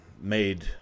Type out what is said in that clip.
made